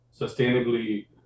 sustainably